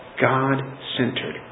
God-centered